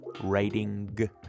Writing